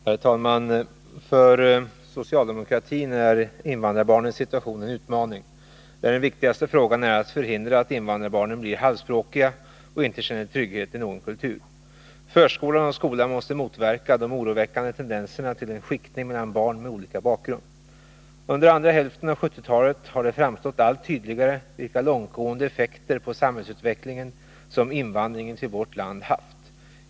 Herr talman! För socialdemokratin är invandrarbarnens situation en utmaning, där den viktigaste frågan gäller att förhindra att invandrarbarnen blir halvspråkiga och inte känner trygghet i någon kultur. Förskolan och skolan måste motverka de oroväckande tendenserna till en skiktning mellan barn med olika bakgrund. Under andra hälften av 1970-talet har det framstått allt tydligare vilka långtgående effekter på samhällsutvecklingen som invandringen till vårt land haft.